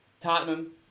Tottenham